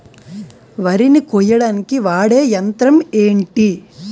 వరి ని కోయడానికి వాడే యంత్రం ఏంటి?